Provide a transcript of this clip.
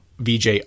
VJ